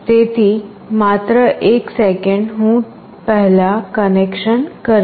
તેથી માત્ર એક સેકંડ હું પહેલાં કનેક્શન કરીશ